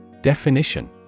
Definition